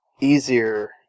easier